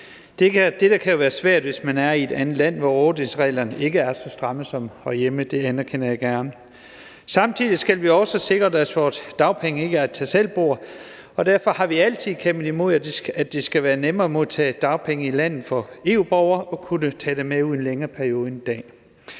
Dette kan jo være svært, hvis man er i et andet land, hvor rådighedsreglerne ikke er så stramme som herhjemme. Det anerkender jeg gerne. Samtidig skal vi også sikre os, at vores dagpenge ikke er et tag selv-bord, og derfor har vi altid kæmpet imod, at det skal være nemmere for EU-borgere at kunne modtage dagpenge her i landet og tage dem med ud i længere perioder end i dag.